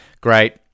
Great